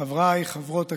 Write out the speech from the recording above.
חבריי, חברות הכנסת,